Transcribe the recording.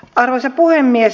arvoisa puhemies